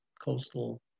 coastal